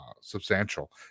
substantial